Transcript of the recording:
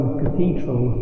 cathedral